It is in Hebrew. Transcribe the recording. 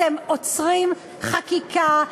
אתם עוצרים חקיקה,